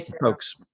folks